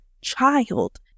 child